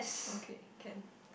okay can